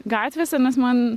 gatvėse nes man